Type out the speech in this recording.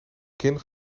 kin